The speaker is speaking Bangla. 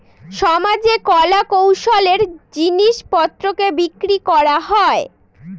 সমাজে কলা কৌশলের জিনিস পত্রকে বিক্রি করা হয়